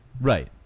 right